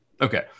Okay